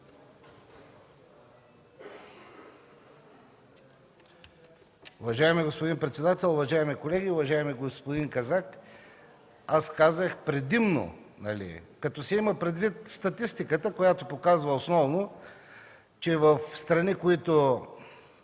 Уважаеми господин председател, уважаеми колеги! Уважаеми господин Казак, аз казах „предимно” като се има предвид статистиката, която показва основно, че в страни, които